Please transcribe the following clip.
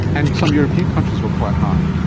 and some european countries were quite high?